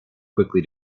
quickly